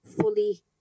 fully